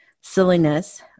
silliness